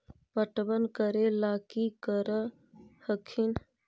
पटबन करे ला की कर हखिन?